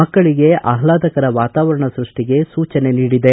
ಮಕ್ಕಳಗೆ ಆಹ್ಲಾದಕರ ವಾತಾವರಣ ಸೃಷ್ಷಿಗೆ ಸೂಚನೆ ನೀಡಿದೆ